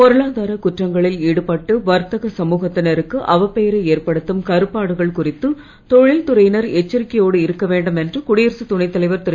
பொருளாதார குற்றங்களில் ஈடுபட்டு வர்த்தக சமூகத்தினருக்கு அவப்பெயரை ஏற்படுத்தும் கருப்பு ஆடுகள் குறித்து தொழில்துறையினர் எச்சரிக்கையோடு இருக்கவேண்டும் என்று குடியரசு துணைத்தலைவர் திரு